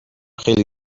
خیلی